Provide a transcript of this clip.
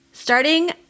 Starting